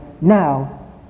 now